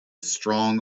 strong